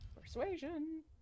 Persuasion